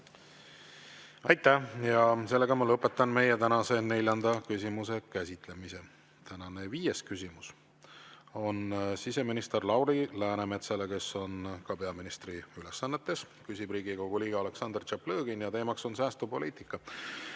Aitäh! Lõpetan meie tänase neljanda küsimuse käsitlemise. Tänane viies küsimus on siseminister Lauri Läänemetsale, kes on ka peaministri ülesannetes. Küsib Riigikogu liige Aleksandr Tšaplõgin ja teema on säästupoliitika.